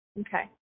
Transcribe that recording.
Okay